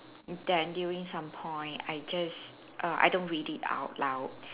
then during some point I just err I don't read it out loud